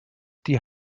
die